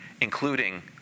including